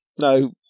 no